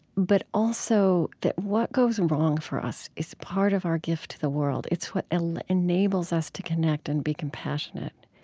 but also that what goes and wrong for us is part of our gift to the world. it's what ah enables us to connect and be compassionate.